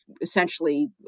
essentially